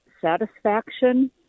satisfaction